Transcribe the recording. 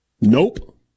Nope